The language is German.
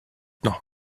noch